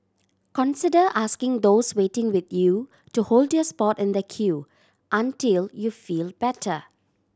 consider asking those waiting with you to hold your spot in the queue until you feel better